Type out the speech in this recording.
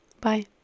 Bye